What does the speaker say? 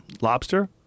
Lobster